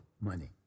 money